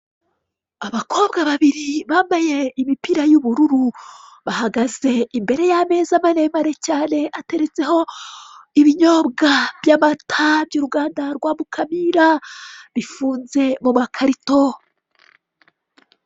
Abakobwa babiri bambaye imipira y'ubururu, bahagaze imbere y'ameza maremare cyane ateretseho ibinyobwa by'amata by'uruganda rwa Mukamira bifunze mu makarito.